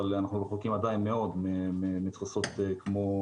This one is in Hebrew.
אבל אנחנו עדיין רחוקים מאוד מתפוסות כפי